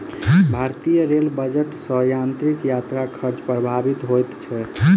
भारतीय rail budget सॅ यात्रीक यात्रा खर्च प्रभावित होइत छै